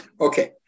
Okay